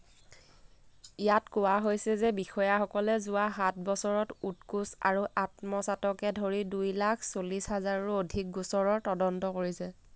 ইয়াত কোৱা হৈছে যে বিষয়াসকলে যোৱা সাত বছৰত উৎকোচ আৰু আত্মসাতকে ধৰি দুই লাখ চল্লিছ হাজাৰৰো অধিক গোচৰৰ তদন্ত কৰিছে